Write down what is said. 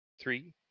Three